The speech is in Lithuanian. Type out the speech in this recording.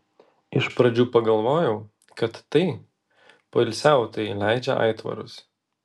iš pradžių pagalvojau kad tai poilsiautojai leidžia aitvarus